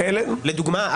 אבל לדוגמה,